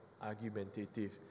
argumentative